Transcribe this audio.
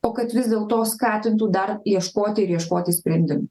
o kad vis dėlto skatintų dar ieškoti ir ieškoti sprendimų